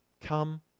Come